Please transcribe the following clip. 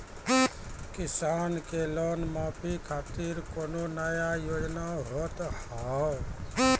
किसान के लोन माफी खातिर कोनो नया योजना होत हाव?